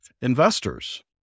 investors